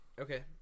Okay